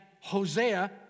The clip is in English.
Hosea